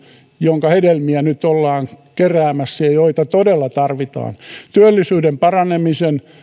jonka hedelmiä nyt ollaan keräämässä ja joita todella tarvitaan työllisyyden paranemisen